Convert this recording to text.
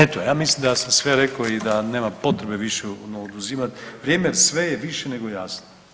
Eto, ja mislim da sam sve rekao i da nema potrebe više oduzimati vrijeme, sve je više nego jasno.